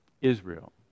Israel